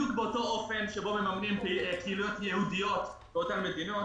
בדיוק באותו אופן שבו מממנים פעילויות יהודיות באותן מדינות.